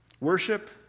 Worship